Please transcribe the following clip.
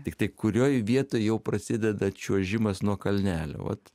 tiktai kurioj vietoj jau prasideda čiuožimas nuo kalnelio vat